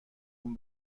اون